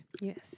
Yes